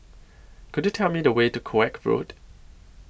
Could YOU Tell Me The Way to Koek Road